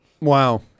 Wow